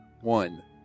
One